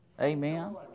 Amen